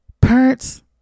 parents